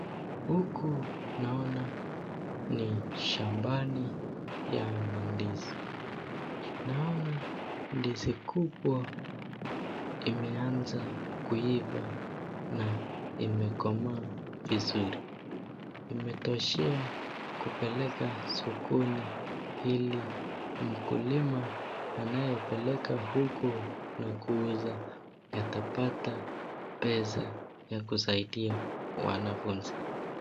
Huku naona ni shambani ya mandizi, naona ndizi kubwa imeanza kuiva na imekomaa vizuri, imetoshea kupeleka sokoni ili mkulima anayepeleka huko na kuuza atapata pesa ya kusaidia wanafunzi.